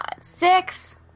six